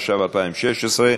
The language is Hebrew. התשע"ו 2016,